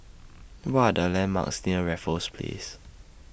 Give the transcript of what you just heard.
What Are The landmarks near Raffles Place